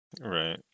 Right